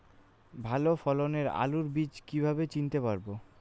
ভালো ফলনের আলু বীজ কীভাবে চিনতে পারবো?